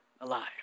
alive